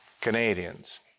Canadians